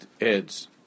adds